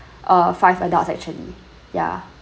uh five adult actually ya